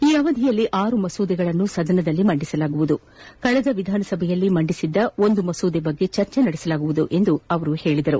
ಈ ಅವಧಿಯಲ್ಲಿ ಆರು ಮಸೂದೆಗಳನ್ನು ಸದನದಲ್ಲಿ ಮಂದಿಸಲಾಗುವುದು ಹಾಗೂ ಕಳೆದ ವಿಧಾನಸಭೆಯಲ್ಲಿ ಮಂಡಿಸಿದ ಒಂದು ಮಸೂದೆ ಕುರಿತು ಚರ್ಚೆ ನಡೆಸಲಾಗುವುದು ಎಂದರು